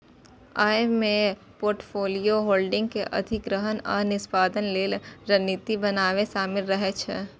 अय मे portfolio holding के अधिग्रहण आ निष्पादन लेल रणनीति बनाएब शामिल रहे छै